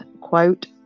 quote